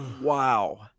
Wow